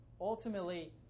ultimately